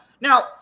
Now